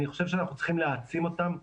אני חושב שאנחנו צריכים להעצים אותם,